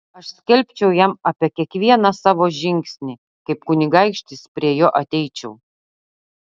aš skelbčiau jam apie kiekvieną savo žingsnį kaip kunigaikštis prie jo ateičiau